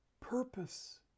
purpose